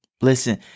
Listen